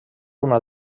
una